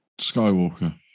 Skywalker